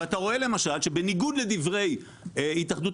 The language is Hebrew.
ואתה רואה למשל שבניגוד לדברי התאחדות